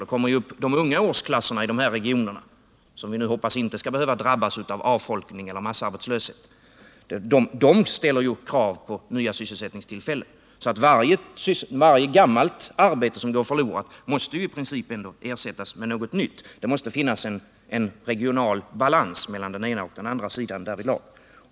De unga åldersklasserna kommer ju fram i de här regionerna, som vi hoppas inte skall behöva drabbas av avfolkning och massarbetslöshet, och de ställer krav på nya sysselsättningstillfällen. Varje gammalt arbete som går förlorat måste ju i princip ersättas med något nytt. Det måste finnas en regional balans mellan den ena och den andra sidan därvidlag.